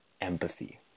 empathy